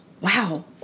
Wow